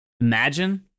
Imagine